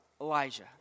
Elijah